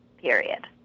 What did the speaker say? period